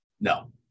No